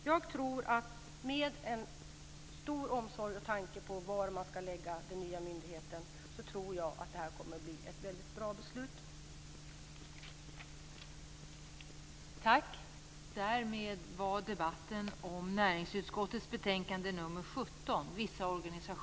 Jag tror att med en stor omsorg och tanke på var man ska lägga den nya myndigheten kommer detta att bli ett väldigt bra beslut.